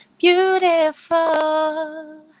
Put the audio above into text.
beautiful